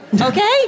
okay